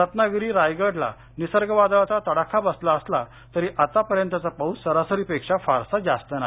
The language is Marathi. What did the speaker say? रत्नागिरी रायगड ला निसर्ग वादळाचा तडाखा बसला असला तरी आतापर्यंतचा पाऊस सरासरीपेक्षा फारसा जास्त नाही